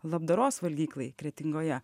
labdaros valgyklai kretingoje